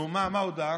נו, מה ההודעה?